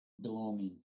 belonging